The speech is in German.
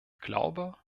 glaube